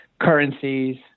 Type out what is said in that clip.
currencies